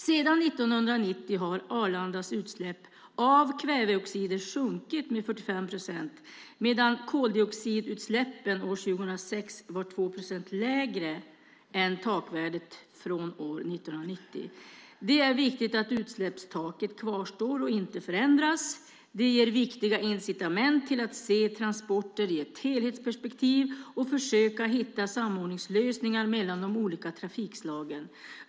Sedan 1990 har Arlandas utsläpp av kväveoxider sjunkit med 45 procent, medan koldioxidutsläppen år 2006 var 2 procent lägre än takvärdet från år 1990. Det är viktigt att utsläppstaket kvarstår och inte förändras. Det ger viktiga incitament till att se transporter i ett helhetsperspektiv och försöka hitta samordningslösningar mellan de olika trafikslagen.